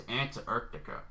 Antarctica